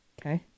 Okay